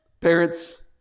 Parents